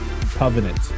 covenant